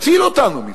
תציל אותנו מזה.